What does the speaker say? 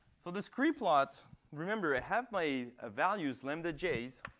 so the scree plot remember, i have my ah values, lambda j's.